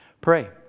Pray